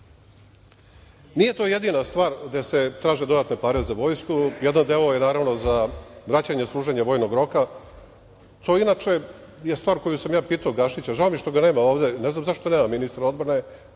bi. Nije to jedina stvar gde se traže dodatne pare za vojsku, jedan deo je, naravno, za vraćanje služenja vojnog roka. To je, inače, stvar za koju sam ja pitao Gašića. Žao mi je što ga nema ovde, ne znam zašto nema ministra odbrane,